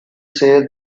say